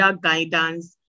guidance